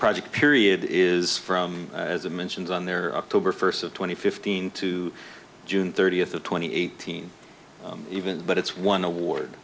project period is from as a mentions on their october first of twenty fifteen to june thirtieth of twenty eighteen even but it's one award